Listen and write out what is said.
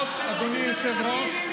אדוני היושב-ראש,